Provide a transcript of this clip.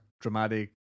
dramatic